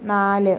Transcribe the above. നാല്